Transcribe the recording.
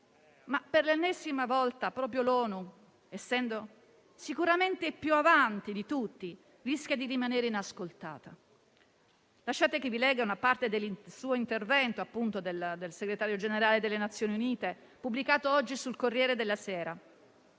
Per l'ennesima volta, proprio l'ONU, essendo sicuramente più avanti di tutti, rischia di rimanere inascoltata. Lasciate che vi legga una parte dell'intervento del segretario generale delle Nazioni Unite, pubblicato oggi sul «Corriere della Sera»: